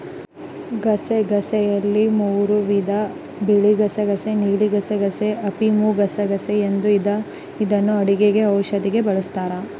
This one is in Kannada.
ಗಸಗಸೆಯಲ್ಲಿ ಮೂರೂ ವಿಧ ಬಿಳಿಗಸಗಸೆ ನೀಲಿಗಸಗಸೆ, ಅಫಿಮುಗಸಗಸೆ ಎಂದು ಇದನ್ನು ಅಡುಗೆ ಔಷಧಿಗೆ ಬಳಸ್ತಾರ